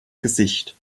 gesicht